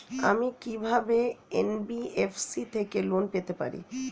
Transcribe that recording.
আমি কি কিভাবে এন.বি.এফ.সি থেকে লোন পেতে পারি?